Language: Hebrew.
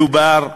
מדובר,